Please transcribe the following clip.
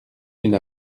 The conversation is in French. une